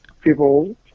people